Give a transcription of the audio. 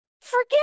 forget